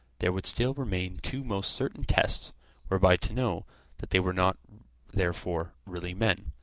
there would still remain two most certain tests whereby to know that they were not therefore really men.